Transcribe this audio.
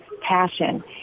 passion